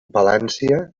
palància